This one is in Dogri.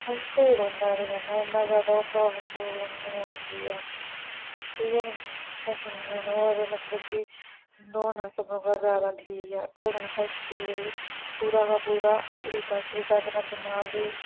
मतलब स्हेई रौंहदा एह्दे कन्नै इन्ना ज्यादा ओह् प्राब्लम प्रुब्लम नेई औंदी ऐ ठीक ऐ नी समझे नी होर मतलब कि न्हौना सभनें कोला ज्यादा ठीक ऐ ओह्दे कन्नै साढ़े शरीर गी पूरा गै पूरा हिलदा झुलदा कन्नै दिमाग बी